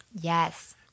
Yes